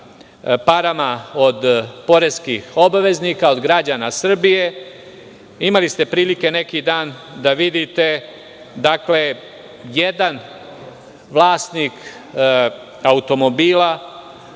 parama od poreskih obveznika, odnosno od građana Srbije. Imali ste prilike neki dan da vidite da jedan vlasnik automobila